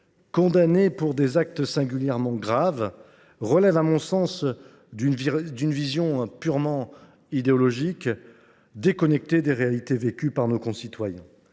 condamnés pour des actes singulièrement graves relève à mon sens d’une vision purement idéologique, déconnectée des réalités vécues par nos concitoyens.